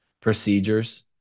procedures